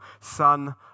Son